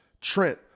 trent